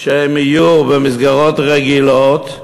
שהם יהיו במסגרות רגילות,